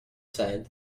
said